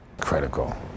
Critical